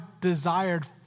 desired